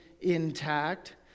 intact